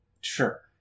Sure